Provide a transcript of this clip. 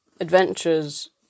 adventures